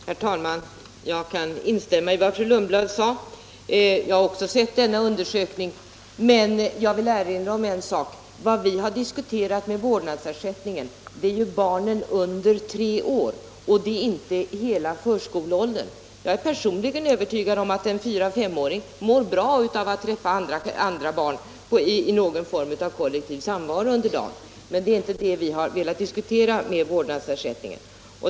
Herr talman! Jag kan instämma i vad fru Lundblad sade. Jag har också sett denna undersökning. Jag vill emellertid erinra om en sak: vad vi har diskuterat i samband med vårdnadsersättningen är ju barn under tre år — det gäller alltså inte hela förskoleåldern. Jag är personligen övertygad om att en fyra-femåring mår bra av att träffa andra barn i någon form av kollektiv samvaro under dagen, men det är inte det vi har velat diskutera i samband med vårdnadsersättningen.